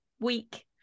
week